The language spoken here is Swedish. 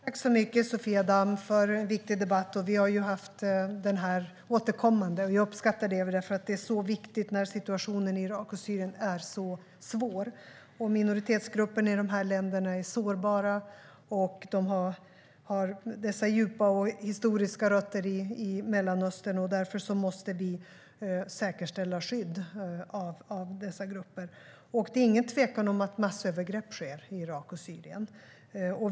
Fru talman! Tack så mycket, Sofia Damm, för en viktig debatt! Vi har fört den återkommande. Jag uppskattar det, för det är viktigt när situationen i Irak och Syrien är så svår. Minoritetsgrupperna i dessa länder är sårbara, och de har djupa historiska rötter i Mellanöstern. Därför måste vi säkerställa skydd av dessa grupper. Det råder ingen tvekan om att massövergrepp sker i Irak och Syrien.